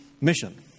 mission